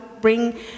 bring